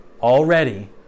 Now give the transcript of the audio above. Already